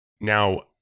Now